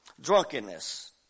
drunkenness